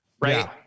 right